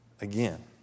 Again